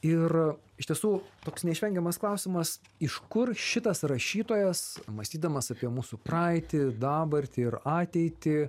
ir iš tiesų toks neišvengiamas klausimas iš kur šitas rašytojas mąstydamas apie mūsų praeitį dabartį ir ateitį